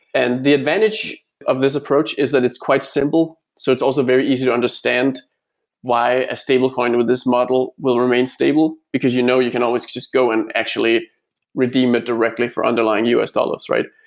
and the advantage of this approach is that it's quite simple, so it's also very easy to understand why a stablecoin with this model will remain stable, because you know you can always just go and actually redeem it directly for underlying us dollars, right?